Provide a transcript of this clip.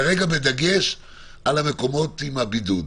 כרגע בדגש על המלונות של הבידוד,